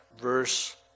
verse